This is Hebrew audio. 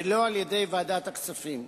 ולא על-ידי ועדת הכספים.